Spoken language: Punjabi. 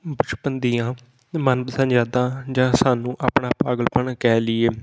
ਬਚਪਨ ਦੀਆਂ ਮਨਪਸੰਦ ਯਾਦਾਂ ਜਾਂ ਸਾਨੂੰ ਆਪਣਾ ਪਾਗਲਪਨ ਕਹਿ ਲਈਏ